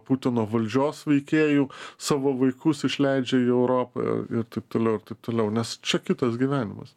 putino valdžios veikėjų savo vaikus išleidžia į europą ir taip toliau ir taip toliau nes čia kitas gyvenimas